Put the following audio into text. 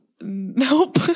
Nope